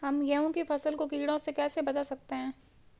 हम गेहूँ की फसल को कीड़ों से कैसे बचा सकते हैं?